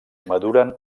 maduren